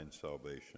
salvation